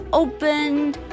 opened